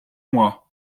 mois